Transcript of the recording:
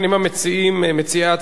מציעי ההצעה לסדר-היום,